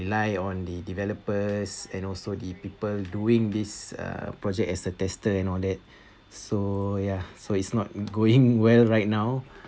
rely on the developers and also the people doing this uh project as the tester and all that so ya so it's not going well right now